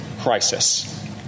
crisis